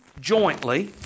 jointly